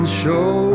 show